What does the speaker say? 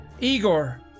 Igor